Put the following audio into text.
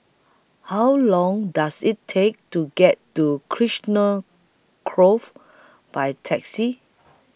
How Long Does IT Take to get to Grove By Taxi